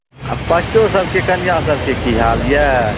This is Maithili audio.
आ पच्चो सभके कनिआँ सभके की हाल यए